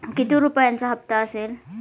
किती रुपयांचा हप्ता असेल?